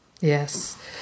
Yes